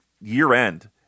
year-end